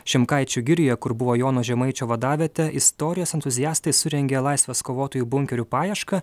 šimkaičių girioje kur buvo jono žemaičio vadavietė istorijos entuziastai surengė laisvės kovotojų bunkerių paiešką